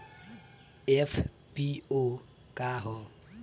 FPO का ह?